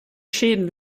schäden